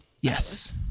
yes